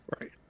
Right